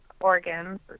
organs